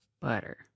butter